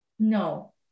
no